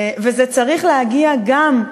וזה צריך להגיע גם,